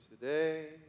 today